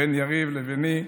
בין יריב לביני,